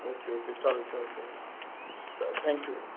okay okay चालेल चालेल चालेल तर थँक्यू